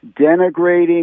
denigrating